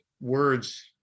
words